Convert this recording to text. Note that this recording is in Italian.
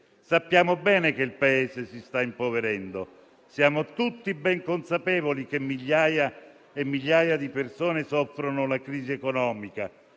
Sappiamo bene che il Paese si sta impoverendo e siamo tutti ben consapevoli che migliaia e migliaia di persone soffrono la crisi economica: